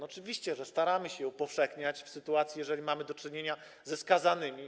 Oczywiście, że staramy się go upowszechniać w sytuacji, kiedy mamy do czynienia ze skazanymi.